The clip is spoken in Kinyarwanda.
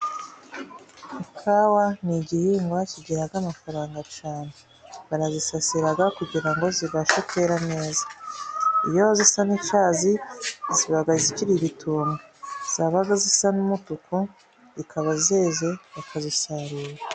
Ikawa ni igihingwa kigira amafaranga cyane barazisasira kugira ngo zibashe kwera neza. Iyo zisa n'icyatsi ziba zikiri ibitunda, zaba zisa n'umutuku zikaba zeze bakazisarura.